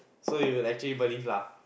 so you actually police lah